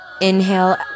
inhale